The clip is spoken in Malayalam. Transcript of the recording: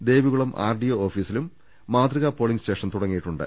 ദേവികുളം ആർഡിഒ ഓഫീസിലും മാതൃകാ പോളിങ്ങ് സ്റ്റേഷൻ തുടങ്ങിയിട്ടുണ്ട്